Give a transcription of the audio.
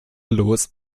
los